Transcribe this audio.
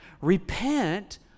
Repent